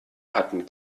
hatten